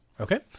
Okay